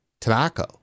tobacco